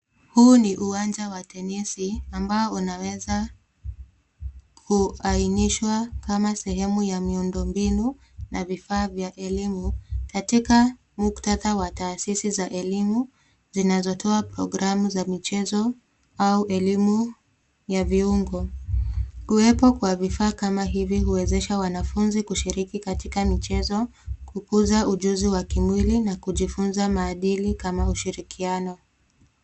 Huu ni uwanja wa tenisi ambao unaweza kuainishwa kama sehemu ya miundombinu na vifaa vya elimu, katika muktadaha wa taasisi za elimu zinazotoa proogramu za michezo au eimu ya viungo. Kuwepo kwa vifaa kama hivi huwezesha wanafunzi kushiriki katika michezo, kukuza ujuzi wa kimwili na kujifunza maadili kama ushirikiano.